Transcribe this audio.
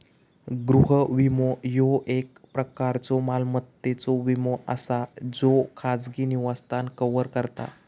गृह विमो, ह्यो एक प्रकारचो मालमत्तेचो विमो असा ज्यो खाजगी निवासस्थान कव्हर करता